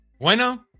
Bueno